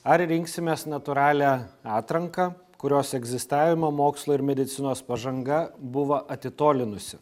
ar rinksimės natūralią atranką kurios egzistavimą mokslo ir medicinos pažanga buvo atitolinusi